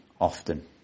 often